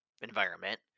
environment